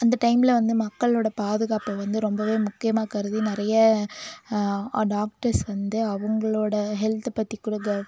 அந்த டைமில் வந்து மக்களோடய பாதுகாப்பை வந்து ரொம்பவே முக்கியமாக கருதி நிறைய டாக்டர்ஸ் வந்து அவங்களோட ஹெல்த்தை பற்றி கூட க